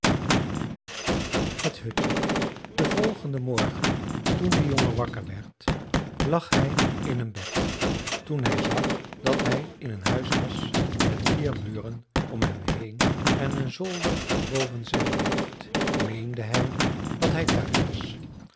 het hutje den volgenden morgen toen de jongen wakker werd lag hij in een bed toen hij zag dat hij in een huis was met vier muren om hem heen en een zolder boven zijn hoofd meende hij dat hij thuis was